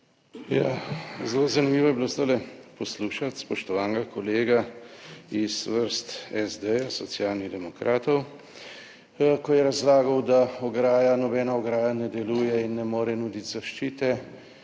zelo zanimivo je bilo zdajle poslušati spoštovanega kolega iz vrst SD, Socialnih demokratov, ko je razlagal, da ograja, nobena ograja ne deluje in ne more nuditi zaščite.